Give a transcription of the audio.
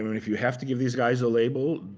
i mean if you have to give these guys a label,